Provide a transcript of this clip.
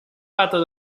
pato